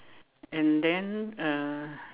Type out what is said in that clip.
and then uh